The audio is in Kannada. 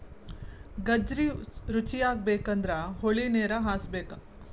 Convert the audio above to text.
ಗಜ್ರಿ ರುಚಿಯಾಗಬೇಕಂದ್ರ ಹೊಳಿನೇರ ಹಾಸಬೇಕ